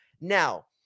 Now